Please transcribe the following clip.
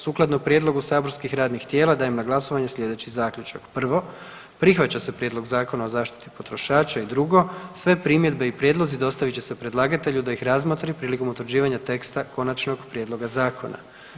Sukladno prijedlogu saborskih radnih tijela dajem na glasovanje sljedeći zaključak: 1. Prihvaća se Prijedlog Zakona o obrazovanju odraslih; i 2. Sve primjedbe i prijedlozi dostavit će se predlagatelju da ih razmotri prilikom utvrđivanja teksta konačnog prijedloga zakona.